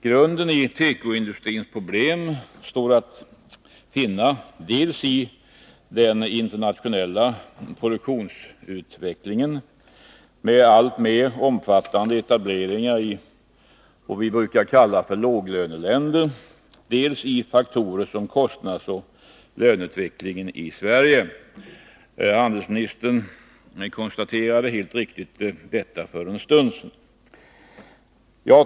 Grunden till tekoindustrins problem står att finna dels i den internationella produktionsutvecklingen med alltmer omfattande etableringaris.k. låglöneländer, dels i faktorer som kostnadsoch löneutvecklingen i Sverige. Handelsministern konstaterade helt riktigt detta för en stund sedan.